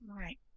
Right